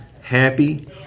happy